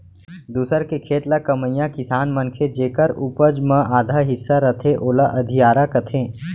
दूसर के खेत ल कमइया किसान मनखे जेकर उपज म आधा हिस्सा रथे ओला अधियारा कथें